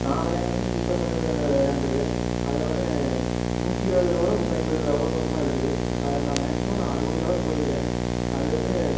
நான் விளையாண்டது வந்து சூப்பர் மேலோ விளையாண்டுருக்குறேன் அதில் வந்து ந நூற்றி இருபது லெவலோ நூற்றி ஐம்பது லெவலோ பக்கமாக இருக்குது அதில் நான் மேக்ஸிமம் அறுபது லெவல் போயிருக்குறேன் அது வந்து